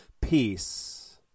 peace